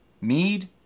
mead